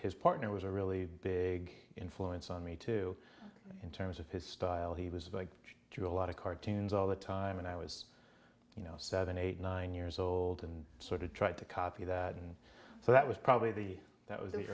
his partner was a really big influence on me too in terms of his style he was going through a lot of cartoons all the time and i was you know seven eight nine years old and sort of tried to copy that and so that was probably the that was